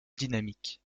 dynamique